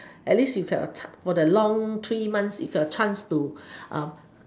at least you have a for the long three months you have a chance to